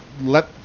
let